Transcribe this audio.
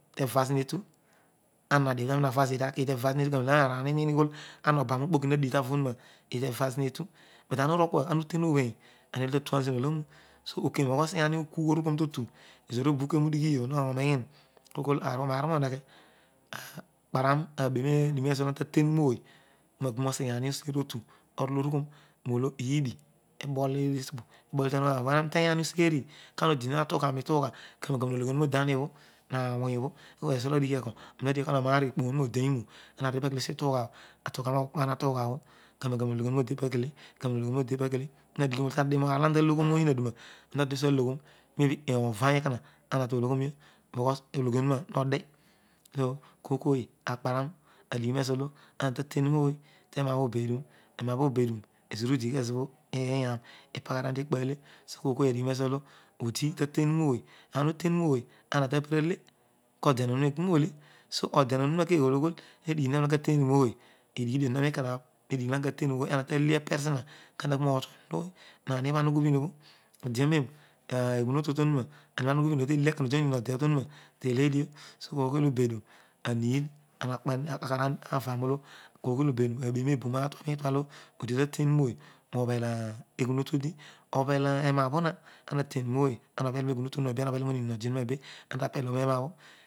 Teva zina etu, amadio taroi nava zeedi aki eeditelka zia exui, kermen karvero arani ironighiol kua ana obara ofpoki digh talonuma redi tevazına etu but ena wrokug inter obhein annoho tatuan zona colonu so okero ghi okugh aureshan oseri totu ezoor obho ukem udighete morph okool kul ohe gluedio kpaan roadighi rezolo ara tatein roooy kuloa gbormoseghe ani oseri totu kuno yburirughoro kana odina tuughi onuog oditangoblo nawong obho kudodighi eko, dar oloana taloglosam osma durmas rpaye any ekona erun doloy harvio because ologhi omeros modi. Koon koor eirparrem ame pezolo anty teen rasor tema, sho obedun to beduen ezira uda keena ipararian tekpale so kourkour arbe roezo lo odi faten foory ibha ha, kode ohuntagheroole edamen ogmmotuobho trua roa aimobho ana ugm ubun obho tele ekona oviron debho tonuma deledio so kos kasy obedura ameed koogooy obedum aberee boom enter roitua ulog oditateun voy oobel eglinotandi obel eroa bho ma ara ten nooy ema obelio peghan otuena be ama bellio ronia lode onna be antapel ornepa bho.